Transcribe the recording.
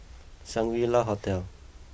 Shangri La Hotel